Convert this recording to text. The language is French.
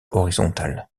horizontale